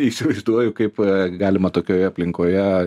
neįsivaizduoju kaip galima tokioj aplinkoje